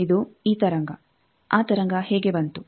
ಇದು ಈ ತರಂಗ ಆ ತರಂಗ ಹೇಗೆ ಬಂತು